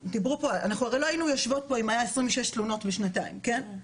אנחנו הרי לא היינו יושבות פה אם היו 26 תלונות בשנתיים כן?